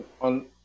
on